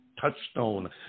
Touchstone